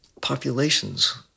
populations